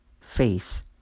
face